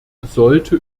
sollte